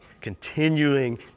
continuing